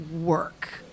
work